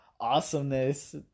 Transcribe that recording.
awesomeness